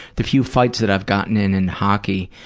the few fights that i've gotten in in hockey,